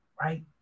right